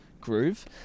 groove